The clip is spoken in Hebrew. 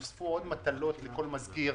הפעם לעומת הפעם הקודמת היה 65 מיליון.